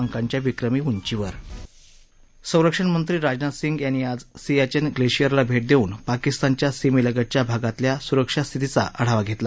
अंकांच्या विक्रमी उंचीवर संरक्षण मंत्री राजनाथ सिंग यांनी आज सियाचेन ग्लेशिअरला भे देऊन पाकिस्तानच्या सीमेलगतच्या भागातल्या स्रक्षा स्थितीचा आढावा घेतला